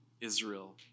Israel